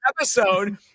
episode